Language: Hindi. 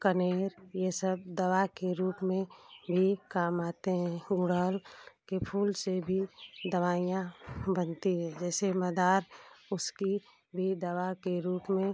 कनेर ये सब दवा के रूप में भी काम आते हैं गुड़हल के फूल से भी दवाइयाँ बनती है जैसे मदार उसकी भी दवा के रूप में